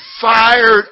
fired